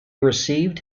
received